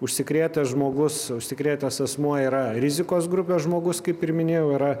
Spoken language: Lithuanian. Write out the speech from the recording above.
užsikrėtęs žmogus užsikrėtęs asmuo yra rizikos grupės žmogus kaip ir minėjau yra